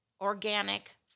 organic